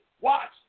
Watch